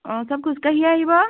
অঁ চব খোজ কাঢ়িয়ে আহিব